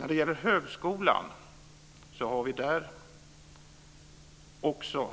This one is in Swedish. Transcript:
Också i högskolan har vi